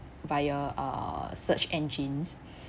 via uh search engines